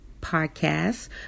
podcast